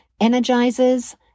energizes